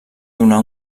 donar